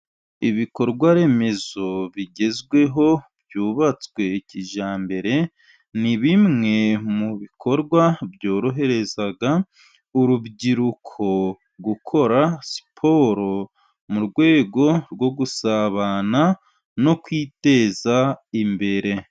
Ibikorwaremezo bigezweho byubatswe kijyambere ni bimwe mu bikorwa byorohereza urubyiruko gukora siporo mu rwego rwo gusabana no kwiteza imbere.